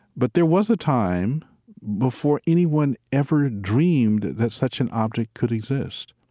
but there was a time before anyone ever dreamed that such an object could exist.